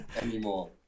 anymore